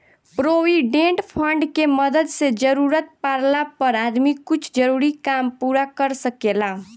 provident fund के मदद से जरूरत पाड़ला पर आदमी कुछ जरूरी काम पूरा कर सकेला